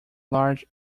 large